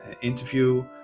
interview